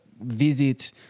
visit